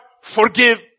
forgive